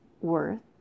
worth